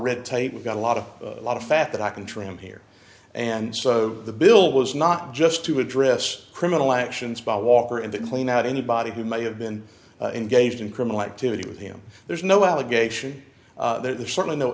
red tape we've got a lot of a lot of fact that i can trim here and so the bill was not just to address criminal actions by walker and the clean out anybody who may have been engaged in criminal activity with him there's no allegation there's certainly no